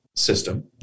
system